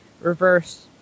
reverse